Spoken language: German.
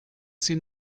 sie